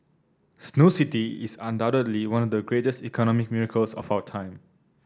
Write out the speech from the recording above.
Snow City is undoubtedly one of the great economic miracles of our time